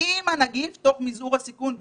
עם הנגיף תוך מזעור הסיכון.